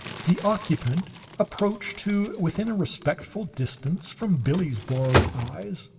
the occupant approached to within a respectful distance from billie's borrowed eyes,